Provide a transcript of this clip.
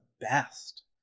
best